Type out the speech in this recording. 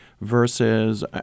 versus